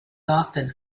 often